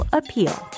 appeal